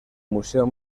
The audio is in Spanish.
museo